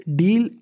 deal